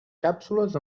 càpsules